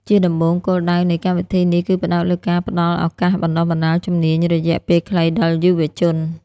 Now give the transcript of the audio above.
ជាដំបូង គោលដៅនៃកម្មវិធីនេះគឺផ្តោតលើការផ្តល់ឱកាសបណ្តុះបណ្តាលជំនាញរយៈពេលខ្លីដល់យុវជន។